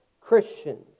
Christians